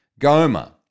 Goma